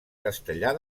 castellar